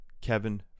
Kevin